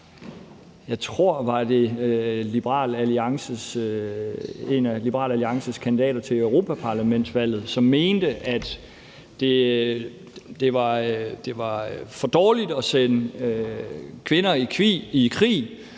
Jeg tror, at det var en af Liberal Alliances kandidater til europaparlamentsvalget, som mente, at det var for dårligt at sende kvinder i krig,